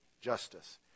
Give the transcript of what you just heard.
justice